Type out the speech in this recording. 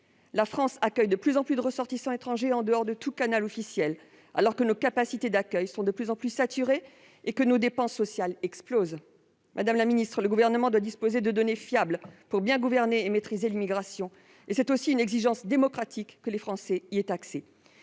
la France accueille de plus en plus de ressortissants étrangers en dehors de tout canal officiel, alors que nos capacités d'accueil sont de plus en plus saturées et que nos dépenses sociales explosent. Madame la ministre, le Gouvernement doit disposer de données fiables pour bien gouverner et maîtriser l'immigration. Que les Français y aient accès